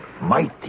Mighty